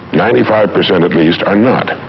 ninety five percent at least, are not.